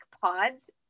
pods